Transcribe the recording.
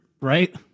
right